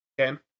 okay